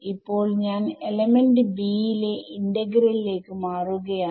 ഇപ്പോൾ ഞാൻ element b യിലെ ഇന്റഗ്രൽ ലേക്ക് മാറുകയാണ്